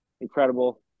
incredible